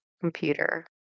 computer